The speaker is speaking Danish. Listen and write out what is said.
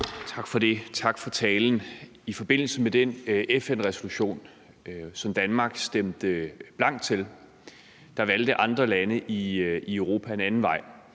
Tak for det. Tak for talen. I forbindelse med den FN-resolution, som Danmark stemte blankt til, valgte andre lande i Europa en anden vej,